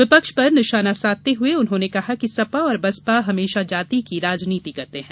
विपक्ष पर निशाना साधते हुए उन्होंने कहा कि सपा और बसपा हमेशा जाति की राजनीति करते हैं